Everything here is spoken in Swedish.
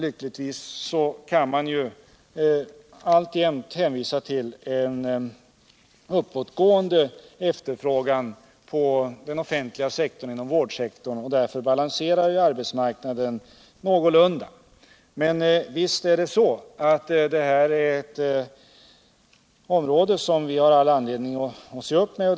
Lyckligtvis kan man alltjämt hänvisa till en uppåtgående efterfrågan inom den offentliga sektorn och vårdsektorn, och därför balanserar arbetsmarknaden någorlunda. Men visst är detta någonting som vi har all anledning att se upp med.